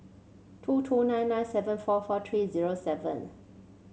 two two nine nine seven four four three zero seven